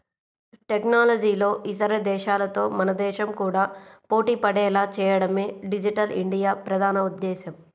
టెక్నాలజీలో ఇతర దేశాలతో మన దేశం కూడా పోటీపడేలా చేయడమే డిజిటల్ ఇండియా ప్రధాన ఉద్దేశ్యం